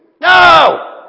No